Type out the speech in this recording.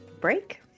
break